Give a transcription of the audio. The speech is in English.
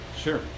Sure